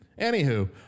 anywho